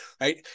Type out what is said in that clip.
Right